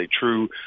true